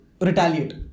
retaliate